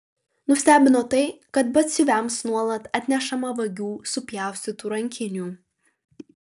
nustebino tai kad batsiuviams nuolat atnešama vagių supjaustytų rankinių